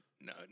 No